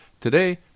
Today